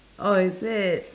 oh is it